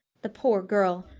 the poor girl!